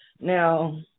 Now